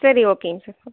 சரி ஓகேங்க sir okay